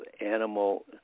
animal